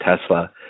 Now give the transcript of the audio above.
Tesla